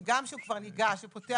כי גם כשהוא כבר ניגש ופותח